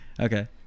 okay